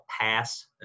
pass